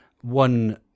one